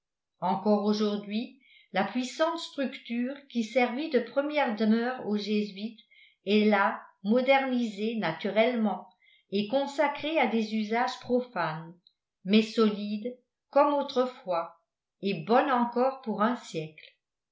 encore aujourd'hui la puissante structure qui servit de première demeure aux jésuites est là modernisée naturellement et consacrée à des usages profanes mais solide comme autrefois et bonne encore pour un siècle